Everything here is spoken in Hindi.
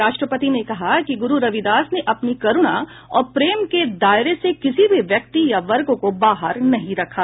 राष्ट्रपति ने कहा कि गुरु रविदास ने अपनी करुणा और प्रेम के दायरे से किसी भी व्यक्ति या वर्ग को बाहर नहीं रखा